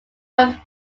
around